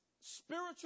spiritual